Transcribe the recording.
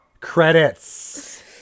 Credits